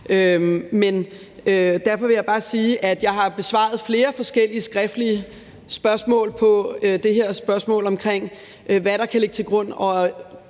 derfor vil jeg bare sige, at jeg har besvaret flere forskellige skriftlige spørgsmål i forbindelse med